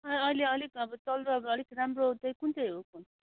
अहिले अलिक अब चल्दो अब अलिक राम्रो चाहिँ कुन चाहिँ हो फोन